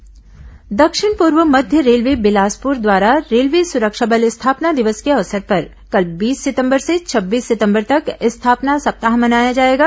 railway सुरक्षा बल स्थापना दक्षिण पूर्व मध्य रेलवे बिलासपुर द्वारा रेलवे सुरक्षा बल स्थापना दिवस के अवसर पर कल बीस सितंबर से छब्बीस सितंबर तक स्थापना सप्ताह मनाया जाएगा